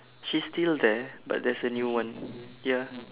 she's still there but there's a new one ya